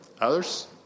Others